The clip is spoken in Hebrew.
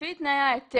לפי תנאי ההיתר,